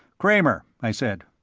kramer, i said.